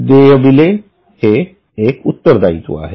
देय बिले हे एक उत्तरदायित्व आहे